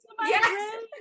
Yes